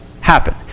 happen